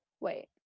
Wait